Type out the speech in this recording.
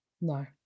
No